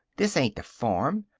this ain't the farm.